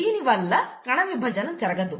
దీనివలన కణవిభజన జరగదు